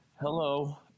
hello